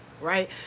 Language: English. right